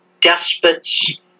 despots